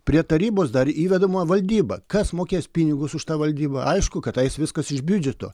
prie tarybos dar įvedama valdyba kas mokės pinigus už tą valdybą aišku kad eis viskas iš biudžeto